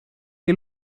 que